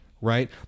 right